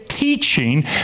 Teaching